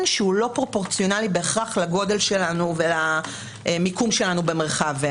שהוא לא פרופורציונאלי בהכרח לגודל שלנו ולמיקום שלנו במרחב.